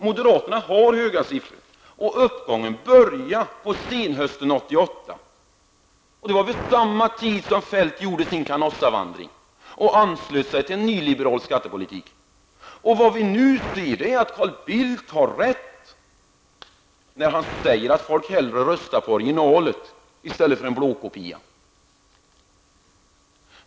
Moderaterna har höga siffror, och uppgången började på senhösten 1988. Det var vid samma tidpunkt som Kjell-Olof Feldt gjorde sin Canossa-vandring och anslöt sig till nyliberal skattepolitik. Vad vi nu ser är att Carl Bildt har rätt när han säger att folk hellre röstar på orginalet än på en blåkopia.